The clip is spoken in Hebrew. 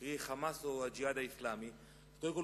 קרי "חמאס" או "הג'יהאד האסלאמי": קודם כול,